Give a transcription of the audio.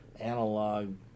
analog